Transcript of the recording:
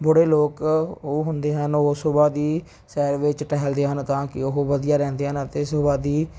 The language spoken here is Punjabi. ਬੜੇ ਲੋਕ ਉਹ ਹੁੰਦੇ ਹਨ ਉਹ ਸੁਬਹਾ ਦੀ ਸੈਰ ਵਿੱਚ ਟਹਿਲਦੇ ਹਨ ਤਾਂ ਕਿ ਉਹ ਵਧੀਆ ਰਹਿੰਦੇ ਹਨ ਅਤੇ ਸੁਬਹਾ ਦੀ